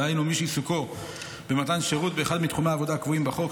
דהיינו מי שעיסוקם במתן שירות באחד מתחומי העבודה הקבועים בחוק,